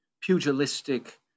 pugilistic